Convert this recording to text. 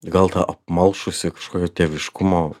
gal tau apmalšusį kažkokio tėviškumo